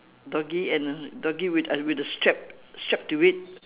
doggy and a doggy with a with a strap strap to it